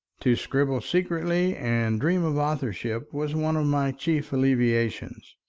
to scribble secretly and dream of authorship was one of my chief alleviations,